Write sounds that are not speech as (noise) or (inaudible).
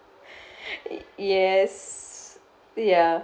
(laughs) yes ya